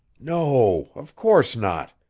no. of course not.